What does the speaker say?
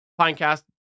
Pinecast